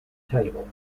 table